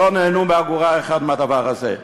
לא נהנו באגורה אחת מהדבר הזה.